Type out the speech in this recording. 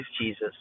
Jesus